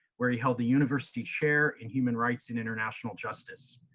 where he held the university chair in human rights and international justice.